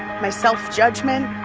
my self judgment,